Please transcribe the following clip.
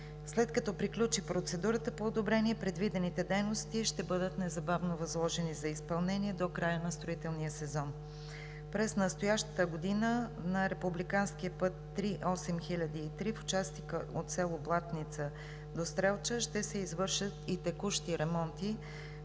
След като приключи процедурата по одобрение, предвидените дейности ще бъдат незабавно възложени за изпълнение до края на строителния сезон. През настоящата година на републикански път III-8003 в участъка от село Блатница до Стрелча ще се извършат и текущи ремонти